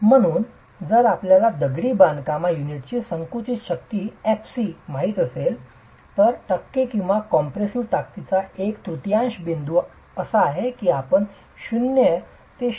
म्हणून जर आपल्याला दगडी बांधकामा युनिटची संकुचित शक्ती fc म्हणून माहित असेल तर टक्के किंवा कॉम्प्रेसिव्ह ताकदीचा एक तृतीयांश बिंदू असा आहे की आपण 0 ते 0